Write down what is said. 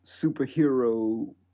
superhero